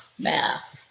math